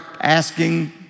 asking